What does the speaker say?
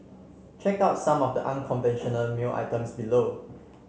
check out some of the unconventional mail items below